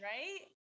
Right